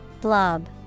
blob